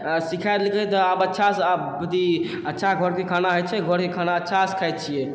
सिखै देलकै तऽ आब अच्छासँ अथी अच्छा घरके खाना होइ छै घरेके खाना अच्छासँ खाइ छिए